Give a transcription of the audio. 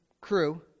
crew